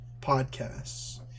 podcasts